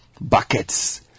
buckets